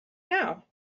now